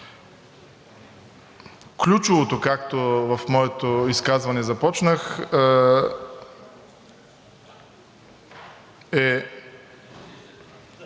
Ключовото, както в моето изказване започнах, е